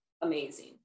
amazing